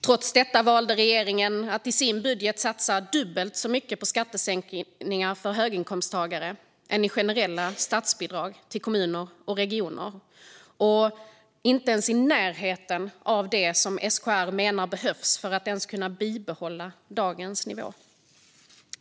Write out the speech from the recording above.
Trots detta valde regeringen att i sin budget satsa dubbelt så mycket på skattesänkningar till höginkomsttagare än på generella statsbidrag till kommuner och regioner och inte ens i närheten av vad SKR menar behövs för att man ens ska kunna bibehålla dagens nivå.